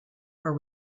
are